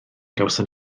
gawson